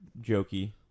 jokey